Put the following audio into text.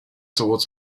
towards